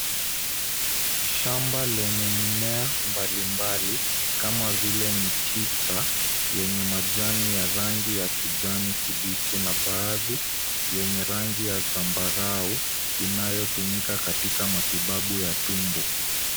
Shamba lenye mimea mbalimbali kama vile mchicha yenye majani ya rangi ya kijani kibichi na baadhi yenye rangi ya zambarau inayotumika katika matibabu ya tumbo.